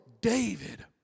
David